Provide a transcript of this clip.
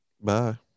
Bye